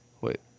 Wait